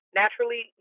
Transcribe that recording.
naturally